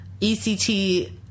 ECT